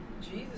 Jesus